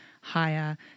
higher